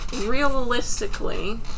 realistically